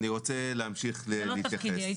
זה לא תפקידי.